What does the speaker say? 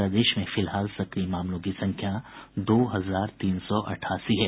प्रदेश में फिलहाल सक्रिय मामलों की संख्या दो हजार तीन सौ अठासी है